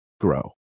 grow